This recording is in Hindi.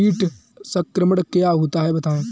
कीट संक्रमण क्या होता है बताएँ?